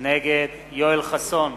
נגד יואל חסון,